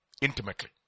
intimately